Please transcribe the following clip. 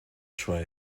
try